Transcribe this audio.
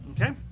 Okay